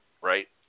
right